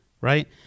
right